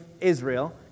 Israel